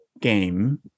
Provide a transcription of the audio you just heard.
game